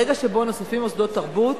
ברגע שנוספים מוסדות תרבות,